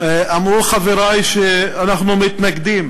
אמרו חברי שאנחנו מתנגדים